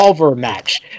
match